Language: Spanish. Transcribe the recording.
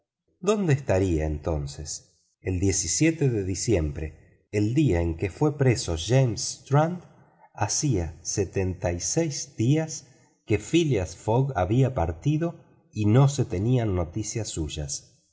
dónde estaría entonces el de diciembre día en que fue preso james strand hacía setenta y seis días que phileas fogg había partido y no se tenían noticias suyas